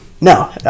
no